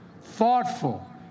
thoughtful